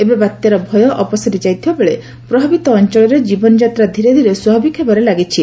ଏବେ ବାତ୍ୟାର ଭୟ ଅପସରି ଯାଇଥିବା ବେଳେ ପ୍ରଭାବିତ ଅଞ୍ଚଳରେ ଜୀବନଯାତ୍ରା ଧୀରେଧୀରେ ସ୍ୱାଭାବିକ ହେବାରେ ଲାଗିଛି